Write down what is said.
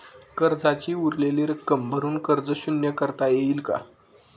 कर्जाची उरलेली रक्कम भरून कर्ज शून्य करता येईल का?